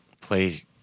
play